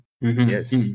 Yes